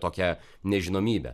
tokią nežinomybę